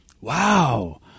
Wow